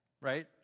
right